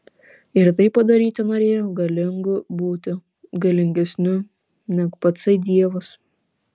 ir tai padaryti norėjau galingu būti galingesniu neg patsai dievas